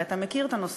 הרי אתה מכיר את הנושא.